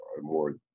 more